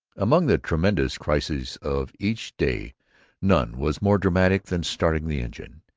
among the tremendous crises of each day none was more dramatic than starting the engine.